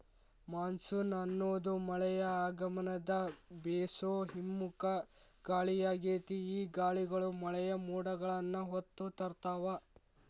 monsoon ಅನ್ನೋದು ಮಳೆಯ ಆಗಮನದ ಬೇಸೋ ಹಿಮ್ಮುಖ ಗಾಳಿಯಾಗೇತಿ, ಈ ಗಾಳಿಗಳು ಮಳೆಯ ಮೋಡಗಳನ್ನ ಹೊತ್ತು ತರ್ತಾವ